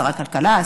שר הכלכלה,